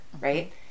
Right